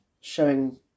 Showing